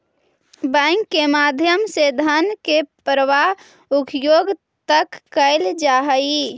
bank के माध्यम से धन के प्रवाह उद्योग तक कैल जा हइ